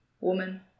woman